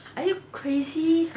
are you crazy